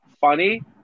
funny